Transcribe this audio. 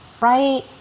right